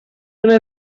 una